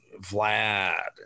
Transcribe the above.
vlad